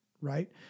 right